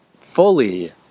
fully